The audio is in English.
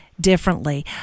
differently